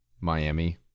Miami